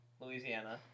Louisiana